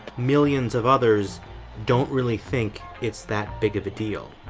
millions of others don't really think it's that big of a deal.